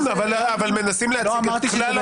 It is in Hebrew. נכון, אבל מנסים להציג את כלל המורכבות.